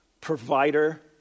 provider